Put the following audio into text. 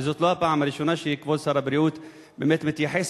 וזו לא פעם ראשונה שכבוד שר הבריאות באמת מתייחס